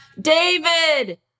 David